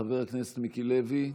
חבר הכנסת מיקי לוי,